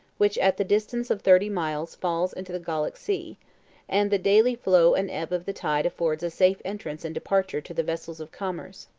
which at the distance of thirty miles falls into the gallic sea and the daily flow and ebb of the tide affords a safe entrance and departure to the vessels of commerce.